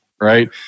right